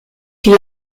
die